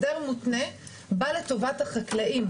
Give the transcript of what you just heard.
הסדר מותנה בא לטובת החקלאים,